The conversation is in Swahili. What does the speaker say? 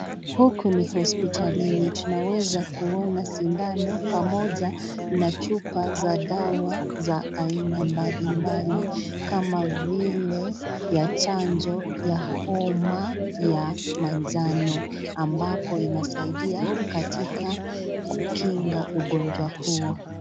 Huku ni hospitalini, tunaweza kuona sindano pamoja na chupa za dawa za aina mbalimbali, kama vile, ya chanjo ya homa ya manjano ambapo inasaidia katika kukinga ugonjwa huo.